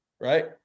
right